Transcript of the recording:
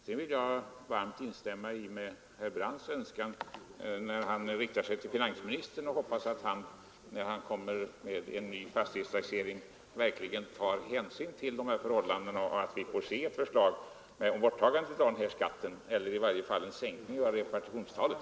Jag vill varmt instämma i herr Brandts önskan när han riktar sig till finansministern och hoppas att denne, när han kommer med en ny fastighetstaxering, verkligen tar hänsyn till förhållandena, så att vi får se ett förslag om borttagande av den här skatten eller i varje fall en sänkning av repartitionstalet.